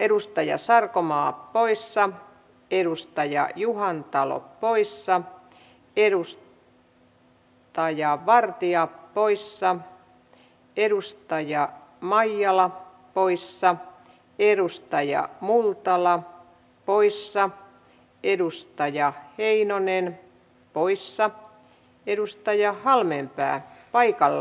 edustaja sarkomaa poissa edustaja juhantalo poissa edustaja vartia poissa edustaja maijala poissa edustaja multala poissa edustaja heinonen poissa edustaja halmeenpää paikalla hienoa